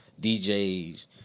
DJs